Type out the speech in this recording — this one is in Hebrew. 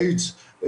איידס.